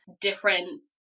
different